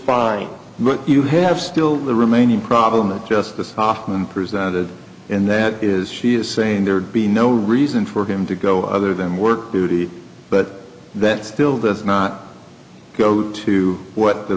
fine but you have still the remaining problem of just the hofmann presented and that is she is saying there would be no reason for him to go other than work duty but that still does not go to what the